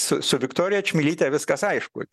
su su viktorija čmilyte viskas aišku